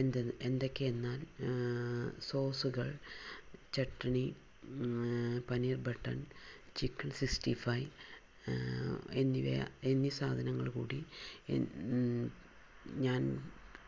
എന്തെന്ന് എന്തൊക്കെ എന്നാൽ സോസുകൾ chutney paneer butter chicken sixty five എന്നിവ എന്നീ സാധനങ്ങൾ കൂടി ഞാൻ